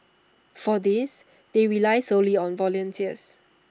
for this they rely solely on volunteers